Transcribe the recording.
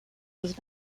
was